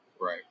Right